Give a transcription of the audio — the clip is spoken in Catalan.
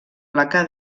placa